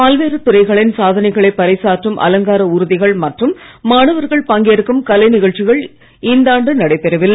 பல்வேறு துறைகளின் சாதனைகளை பறைசாற்றும் அலங்கார ஊர்திகள் மற்றும் மாணவர்கள் பங்கேற்கும் கலை நிகழ்ச்சிகள் இந்தாண்டு நடைபெறவில்லை